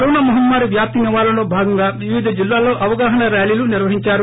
corona మహమ్మారి వ్యాప్తి నివారణలో భాగంగా వివిధ జిల్లాల్లో అవగాహన ర్యాలీలు నిర్వహించారు